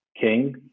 king